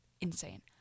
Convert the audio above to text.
insane